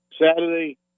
Saturday